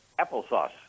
applesauce